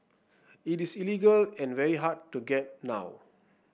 it is illegal and very hard to get now